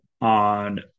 on